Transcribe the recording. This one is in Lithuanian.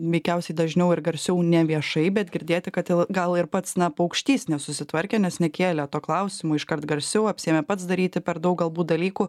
veikiausiai dažniau ir garsiau ne viešai bet girdėti kad il gal ir pats na paukštys nesusitvarkė nes nekėlė to klausimo iškart garsiau apsiėmė pats daryti per daug galbūt dalykų